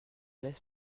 laisse